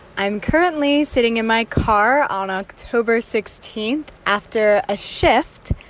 i'm currently sitting in my car on october sixteen after a shift,